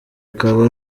akaba